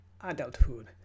adulthood